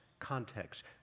context